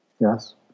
yes